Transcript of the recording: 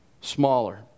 smaller